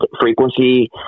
frequency